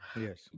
Yes